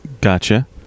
Gotcha